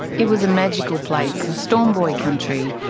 it was a magical place, storm boy country.